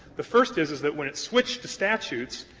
the first is is that when it switched to statutes,